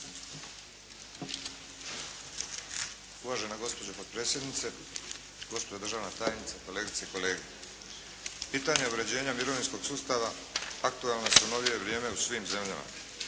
Uvažena gospođo potpredsjednice, gospođo državna tajnice, kolegice i kolege. Pitanje uređenja mirovinskog sustava aktualna su u novije vrijeme u svim zemljama.